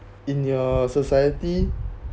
in your society